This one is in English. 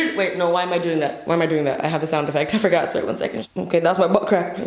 wait no, why am i doing that? why am i doing that? i have the sound effect. i forgot, sorry, one second. okay, that's my butt crack.